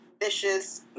vicious